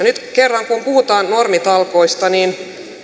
nyt kerran kun puhutaan normitalkoista niin